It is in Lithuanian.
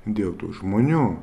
dėl tų žmonių